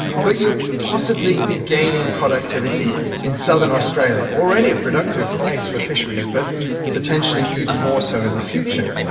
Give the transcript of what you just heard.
but you'll possibly be gaining productivity in southern australia, already a productive place for fisheries but potentially even more so in the future.